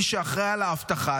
מי שאחראי על האבטחה,